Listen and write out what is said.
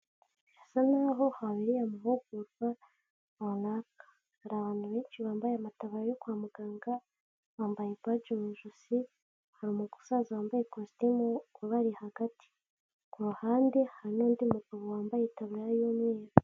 Hasa naho habereye amahugurwa runaka, hari abantu benshi bambaye amataburiya yo kwa muganga bambaye baji mu ijosi, hari umusaza wambaye ikositimu ubari hagati. kuruhande hari nundi mugabo wambaye itaburiya y'umweru.